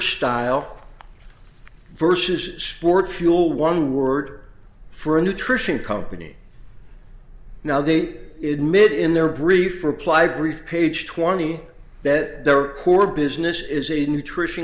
style versus sport fuel one word for nutrition company now they eat it mid in their brief reply brief page twenty bet their core business is a nutrition